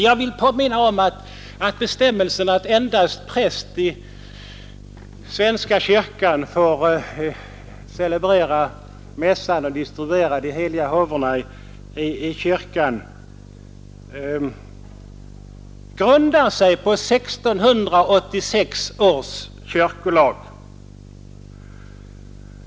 Jag vill påminna om att bestämmelsen att endast präst i svenska kyrkan får celebrera mässan och distribuera de heliga håvorna i kyrkan grundar sig på 1686 års kyrkolag.